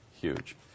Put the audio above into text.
Huge